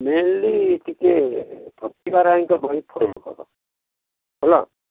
mainly ଟିକିଏ ପ୍ରତିଭା ରାୟଙ୍କ ବହି ଫଲୋ କର ହେଲା